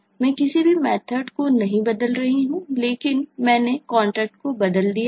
मैं किसी भी मेथर्ड को नहीं बदल रहा हूं लेकिन जो मैंने कॉन्ट्रैक्ट को बदल दिया है